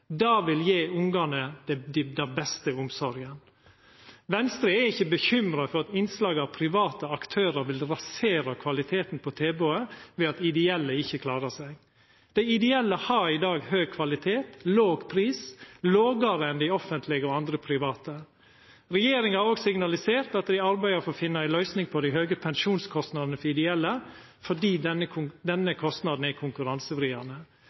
Det vil gje ungane den beste omsorga. Venstre er ikkje bekymra for at innslag av private aktørar vil rasera kvaliteten på tilbodet ved at ideelle ikkje klarer seg. Dei ideelle har i dag høg kvalitet og låg pris – lågare enn offentlege og andre private. Regjeringa har òg signalisert at dei arbeider for å finna ei løysing på dei høge pensjonskostnadane for ideelle fordi denne kostnaden er